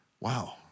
Wow